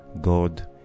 god